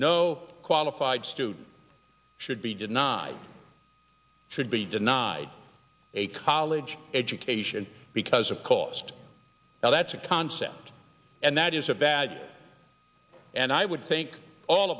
no qualified student should be denied should be denied a college education because of cost now that's a concept and that is a bad and i would think all